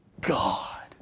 God